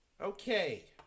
Okay